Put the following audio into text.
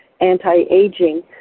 Anti-Aging